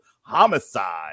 Homicide